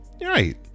Right